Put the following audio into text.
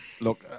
Look